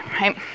Right